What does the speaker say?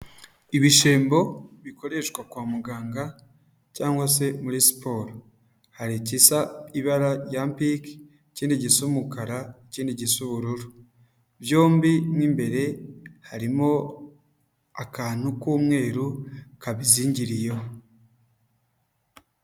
Ibishembo bikoreshwa kwa muganga cyangwa se muri siporo, hari ikisa ibara rya pinki, ikindi gisa umukara, ikindi gisa ubururu, byombi mu imbere harimo akantu k'umweru kabizingiriyeho.